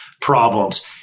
problems